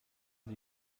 sie